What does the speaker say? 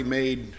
made